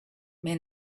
may